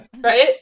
Right